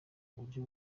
uburyo